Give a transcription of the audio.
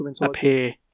appear